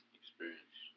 experience